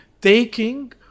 taking